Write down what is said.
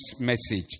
message